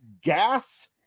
Gas